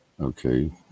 Okay